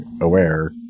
aware